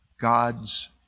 God's